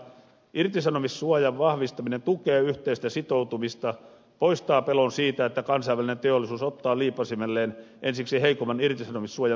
irtisanomissuojan vahvistaminen tukee yhteistä sitoutumista poistaa pelon siitä että kansainvälinen teollisuus ottaa liipasimelleen ensiksi heikoimman irtisanomissuojan suomalaiset työntekijät